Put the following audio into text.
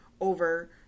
over